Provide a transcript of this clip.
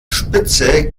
spitze